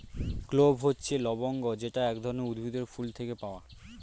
clove হচ্ছে লবঙ্গ যেটা এক ধরনের উদ্ভিদের ফুল থেকে পাওয়া